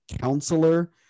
counselor